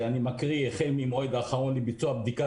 ואני מקריא: החל מהמועד האחרון לביצוע בדיקה